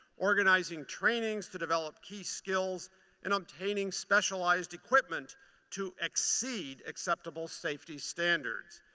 organizing trainings to develop key skills and obtaining specialized equipment to exceed acceptable safety standards.